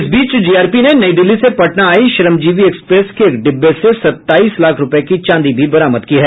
इस बीच जीआरपी ने नई दिल्ली से पटना आई श्रमजीवी एक्सप्रेस के एक डिब्बे से सत्ताईस लाख रुपए की चांदी भी बरामद की है